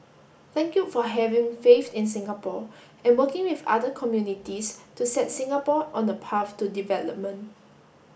thank you for having faith in Singapore and working with other communities to set Singapore on the path to development